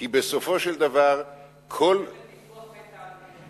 כי בסופו של דבר כל, זה לפיתוח בית-העלמין.